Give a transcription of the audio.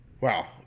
Wow